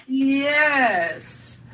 Yes